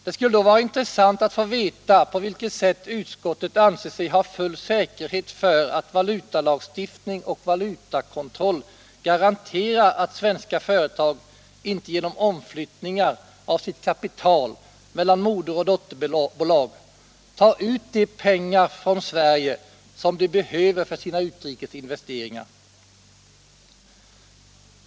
Det skulle då vara intressant att få veta på vilket sätt utskottet anser sig ha full säkerhet för att valutalagstiftning och valutakontroll garanterar att svenska företag inte genom omflyttningar av sitt kapital mellan moder och dotterbolag tar ut de pengar ur Sverige som de behöver för sina utrikes investeringar.